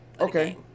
okay